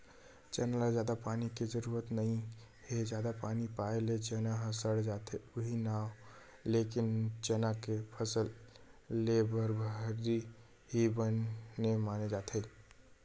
चना ल जादा पानी के जरुरत नइ हे जादा पानी पाए ले चना ह सड़ जाथे उहीं नांव लेके चना के फसल लेए बर भर्री ही बने माने जाथे